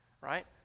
right